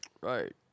Right